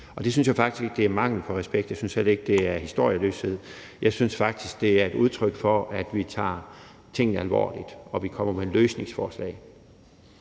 Det synes jeg faktisk ikke er mangel på respekt. Jeg synes heller ikke, det er historieløshed. Jeg synes faktisk, det er et udtryk for, at vi tager tingene alvorligt, og at vi kommer med løsningsforslag.